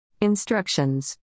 Instructions